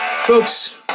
Folks